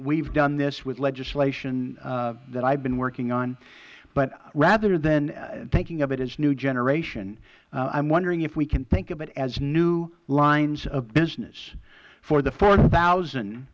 have done this with legislation that i have been working on but rather than thinking of it as new generation i am wondering if we can think of it as new lines of business for the four thousand